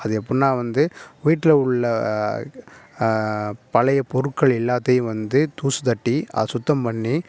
அது எப்பிடின்னா வந்து வீட்டில் உள்ள பழைய பொருட்கள் எல்லாத்தையும் வந்து தூசு தட்டி சுத்தம் பண்ணி